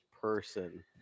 person